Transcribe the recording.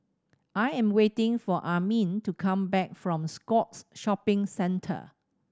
I am waiting for Armin to come back from Scotts Shopping Centre